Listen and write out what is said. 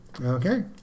Okay